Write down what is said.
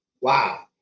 Wow